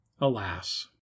Alas